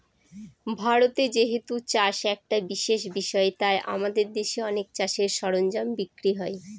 ভারতে যেহেতু চাষ একটা বিশেষ বিষয় তাই আমাদের দেশে অনেক চাষের সরঞ্জাম বিক্রি হয়